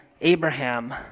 Abraham